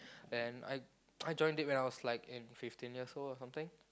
then I I joined it when I was like in fifteen years old or something